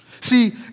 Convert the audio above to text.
See